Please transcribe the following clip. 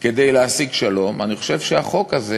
אני לא רוצה להעלות על דעתי,